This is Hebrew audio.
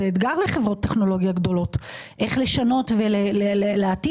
זה אתגר לחברות טכנולוגיות גדולות איך לשנות ולהתאים